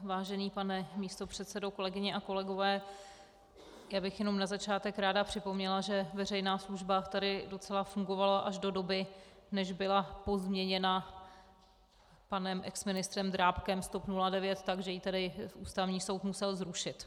Vážený pane místopředsedo, kolegyně a kolegové, já bych jenom na začátek ráda připomněla, že veřejná služba tady docela fungovala až do doby, než byla pozměněna panem exministrem Drábkem z TOP 09, takže ji tedy Ústavní soud musel zrušit.